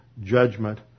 judgment